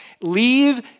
leave